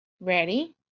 Ready